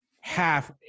half